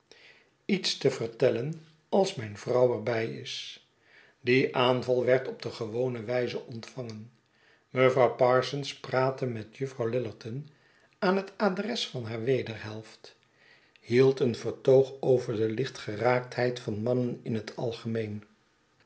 iets te vertellen als mijn vrouw er bij is die aanval werd op de gewone wijze ontvangen mevrouw parsons praatte met juffrouw lillerton aan het adres van haar wederhelft hield een vertoog over de lichtgeraaktheid van de mannen in het algemeen